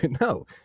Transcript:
No